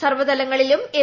സർവ്വതലങ്ങളിലും L